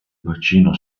bacino